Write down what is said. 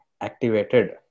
activated